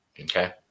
Okay